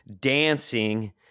dancing